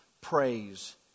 praise